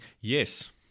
Yes